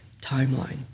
timeline